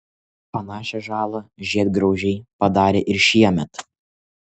panašią žalą žiedgraužiai padarė ir šiemet